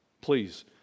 Please